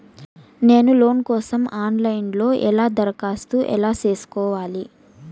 నేను లోను కోసం online లో ఎలా దరఖాస్తు ఎలా సేసుకోవాలి?